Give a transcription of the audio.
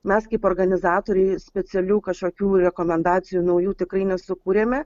mes kaip organizatoriai specialių kažkokių rekomendacijų naujų tikrai nesukūrėme